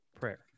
prayer